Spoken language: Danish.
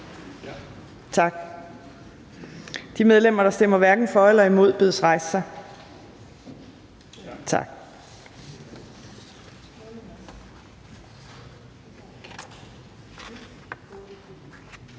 Tak. De medlemmer, der stemmer hverken for eller imod, bedes rejse sig. Tak.